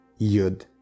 Yud